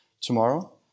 tomorrow